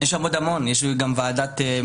יש שם עוד המון, יש שם גם ועדת רכש.